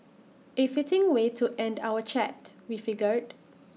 A fitting way to end our chat we figured